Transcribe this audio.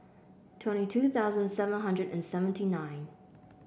twenty two thousand seven hundred and seventy nine